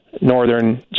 Northern